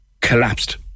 collapsed